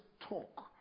talk